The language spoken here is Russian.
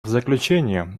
заключение